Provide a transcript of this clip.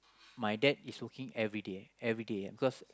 my dad is working everyday eh everyday yeah because